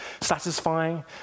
satisfying